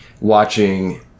watching